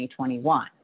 2021